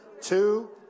Two